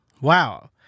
Wow